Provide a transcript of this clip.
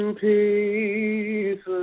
peace